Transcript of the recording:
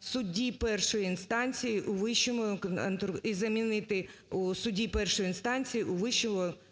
"судді першої інстанції у Вищому